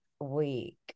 week